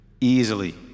easily